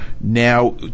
now